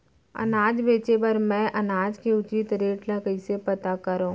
अनाज बेचे बर मैं अनाज के उचित रेट ल कइसे पता करो?